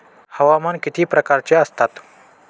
हवामान किती प्रकारचे असतात?